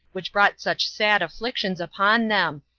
which brought such sad afflictions upon them,